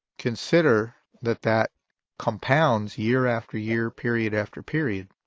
consider that that compounds year after year, period after period,